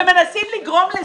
אנחנו מנסים להסביר שזה לא נכון.